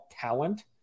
talent